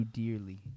dearly